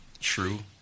True